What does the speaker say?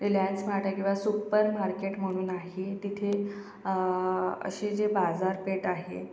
Reliance mart आहे किंवा super market म्हणून आहे तिथे असे जे बाजारपेठ आहे